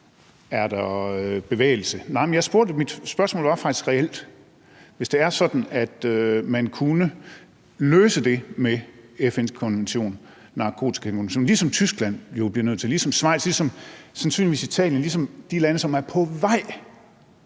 er der bevægelse. Men mit spørgsmål var faktisk reelt. Hvis det er sådan, at man kunne løse det med FN's narkotikakonvention, ligesom Tyskland, ligesom Schweiz, ligesom sandsynligvis Italien, ligesom de lande, som er på vej